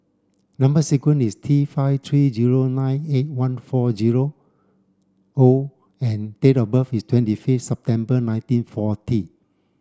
number sequence is T five three zero nine eight one four zero O and date of birth is twenty fifth September nineteen forty